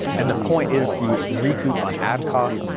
and the point is to recoup on ad costs,